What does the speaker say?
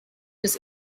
his